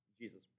Jesus